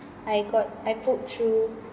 I got I pulled through